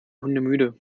hundemüde